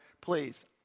please